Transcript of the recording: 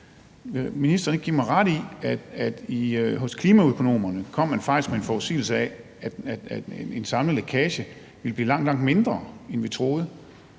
ministeren ikke give mig ret i, at klimaøkonomerne faktisk kom med en forudsigelse om, at en samlet lækage vil blive langt, langt mindre, end vi troede?